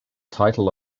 title